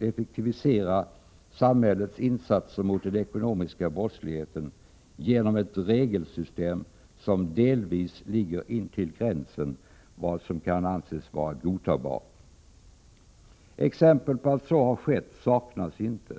effektivisera samhällets insatser mot den ekonomiska brottsligheten genom ett regelsystem som delvis ligger intill gränsen för vad som kan anses vara godtagbart. Exempel på att så har skett saknas inte.